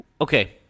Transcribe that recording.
Okay